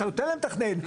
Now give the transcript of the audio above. אתה נותן להם לתכנן,